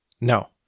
No